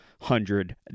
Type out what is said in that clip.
hundred